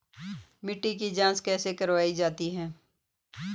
मिट्टी की जाँच कैसे करवायी जाती है?